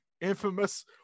infamous